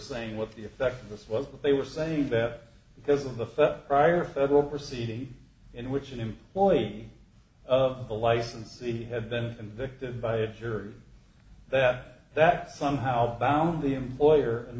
saying what the effect of what they were saying that because of the fence prior federal proceeding in which an employee of the licensee had been convicted by a jury that that somehow found the employer in